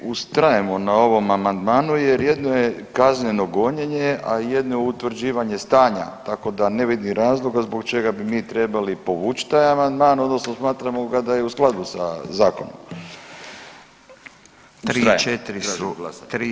Mi ustrajemo na ovom amandmanu jer jedno je kazneno gonjenje, a jedno je utvrđivanje stanja, tako da ne vidim razloga zbog čega bi mi trebali povuć taj amandman odnosno smatramo ga da je u skladu sa zakonom. … tražimo glasanje.